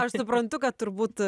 aš suprantu kad turbūt